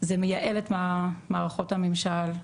זה מייעל את מערכות הממשל,